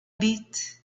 bit